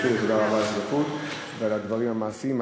תודה רבה על השותפות ועל הדברים המעשיים.